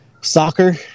soccer